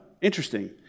interesting